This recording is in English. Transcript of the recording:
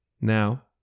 Now